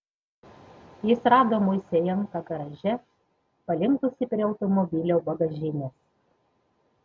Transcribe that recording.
jis rado moisejenką garaže palinkusį prie automobilio bagažinės